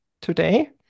today